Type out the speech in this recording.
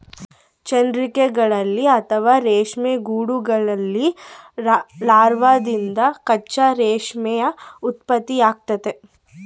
ಚಂದ್ರಿಕೆಗಳಲ್ಲಿ ಅಥವಾ ರೇಷ್ಮೆ ಗೂಡುಗಳಲ್ಲಿ ಲಾರ್ವಾದಿಂದ ಕಚ್ಚಾ ರೇಷ್ಮೆಯ ಉತ್ಪತ್ತಿಯಾಗ್ತತೆ